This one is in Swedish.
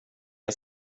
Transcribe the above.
att